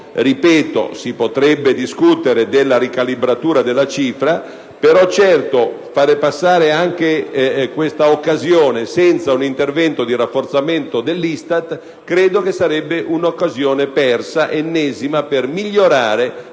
Ripeto, si potrebbe discutere della ricalibratura della cifra, però certo far passare anche questo momento senza un intervento di rafforzamento dell'ISTAT credo che sarebbe un'ennesima occasione persa per migliorare